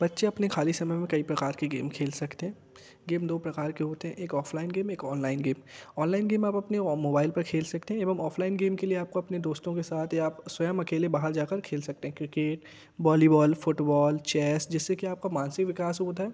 बच्चे अपने ख़ाली समय में कई प्रकार के गेम खेल सकते हैं गेम दो प्रकार के होते हैं एक ऑफलाइन गेम एक ऑनलाइन गेम ऑनलाइन गेम आप अपने मोबाइल पर खेल सकते हैं एवं ऑफलाइन गेम के लिए आपको अपने दोस्तों के साथ या आप स्वयं अकेले बाहर जा कर खेल सकते हैं क्रिकेट बॉलीवॉल फुटवॉल चेस जिससे कि आपका मानसिक विकास होता है